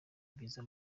byiza